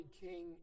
king